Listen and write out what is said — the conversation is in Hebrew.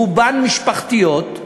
רובן משפחתיות,